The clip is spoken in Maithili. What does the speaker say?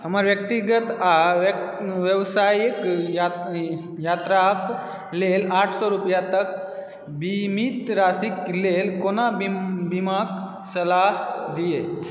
हमरा व्यक्तिगत आ व्यवसायिक यात्राक लेल आठ सए रुपैआ तक बीमित राशिक लेल कोनो बीमाक सलाह दिअ